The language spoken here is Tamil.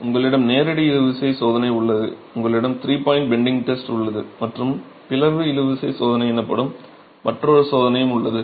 உங்களிடம் நேரடி இழுவிசை சோதனை உள்ளது உங்களிடம் த்ரீ பாய்ன்ட் பெண்டிங்க் டெஸ்ட் உள்ளது மற்றும் பிளவு இழுவிசை சோதனை எனப்படும் மற்றொரு சோதனையும் உள்ளது